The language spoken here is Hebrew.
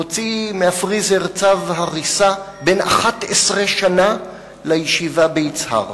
הוציא מהפריזר צו הריסה בן 11 שנה לישיבה ביצהר.